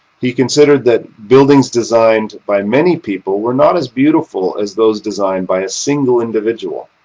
he considered that buildings designed by many people were not as beautiful as those designed by a single individual.